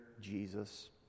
jesus